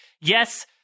yes